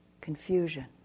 confusion